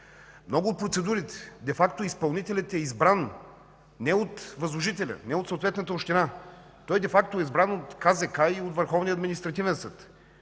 много от процедурите де факто изпълнителят е избран не от възложителя, не от съответната община. Той е избран от КЗК и Върховния административен съд.